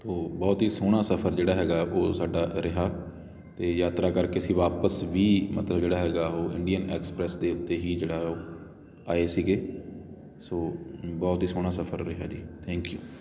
ਉਹ ਬਹੁਤ ਹੀ ਸੋਹਣਾ ਸਫ਼ਰ ਜਿਹੜਾ ਹੈਗਾ ਉਹ ਸਾਡਾ ਰਿਹਾ ਅਤੇ ਯਾਤਰਾ ਕਰਕੇ ਅਸੀਂ ਵਾਪਸ ਵੀ ਮਤਲਬ ਜਿਹੜਾ ਹੈਗਾ ਉਹ ਇੰਡੀਅਨ ਐਕਸਪ੍ਰੈਸ ਦੇ ਉੱਤੇ ਹੀ ਜਿਹੜਾ ਆਏ ਸੀਗੇ ਸੋ ਬਹੁਤ ਹੀ ਸੋਹਣਾ ਸਫ਼ਰ ਰਿਹਾ ਜੀ ਥੈਂਕ ਯੂ